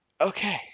okay